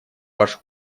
ваши